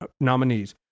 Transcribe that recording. nominees